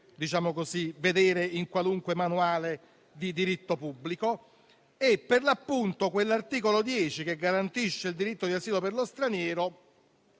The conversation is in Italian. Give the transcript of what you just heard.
si può rilevare in qualunque manuale di diritto pubblico. Per l'appunto, quell'articolo 10, che garantisce il diritto di asilo per lo straniero,